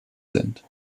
sind